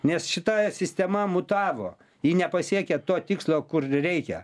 nes šita sistema mutavo ji nepasiekia to tikslo kur reikia